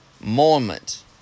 moment